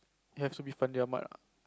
it has to be Fandi-Ahmad ah